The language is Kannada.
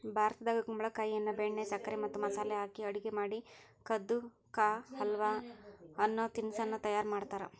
ಭಾರತದಾಗ ಕುಂಬಳಕಾಯಿಯನ್ನ ಬೆಣ್ಣೆ, ಸಕ್ಕರೆ ಮತ್ತ ಮಸಾಲೆ ಹಾಕಿ ಅಡುಗೆ ಮಾಡಿ ಕದ್ದು ಕಾ ಹಲ್ವ ಅನ್ನೋ ತಿನಸ್ಸನ್ನ ತಯಾರ್ ಮಾಡ್ತಾರ